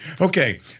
Okay